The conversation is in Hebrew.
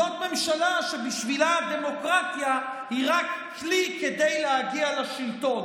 זאת ממשלה שבשבילה הדמוקרטיה היא רק כלי כדי להגיע לשלטון,